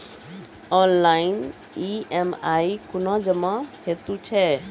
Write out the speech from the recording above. Online EMI कूना जमा हेतु छै?